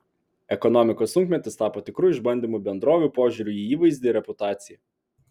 ekonomikos sunkmetis tapo tikru išbandymu bendrovių požiūriui į įvaizdį ir reputaciją